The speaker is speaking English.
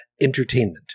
entertainment